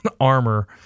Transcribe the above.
armor